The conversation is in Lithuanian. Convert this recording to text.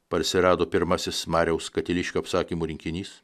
parsirado pirmasis mariaus katiliškio apsakymų rinkinys